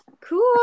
cool